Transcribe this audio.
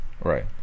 Right